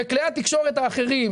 וכלי התקשורת האחרים,